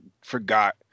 forgot